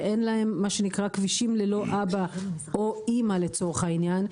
מה שנקרא כבישים ללא אבא או אימא לצורך העניין,